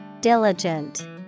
Diligent